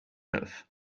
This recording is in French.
neuf